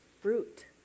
fruit